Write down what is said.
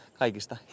kaikista